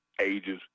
ages